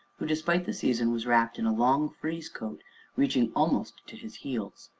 who, despite the season, was wrapped in a long frieze coat reaching almost to his heels,